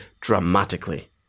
dramatically